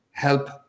help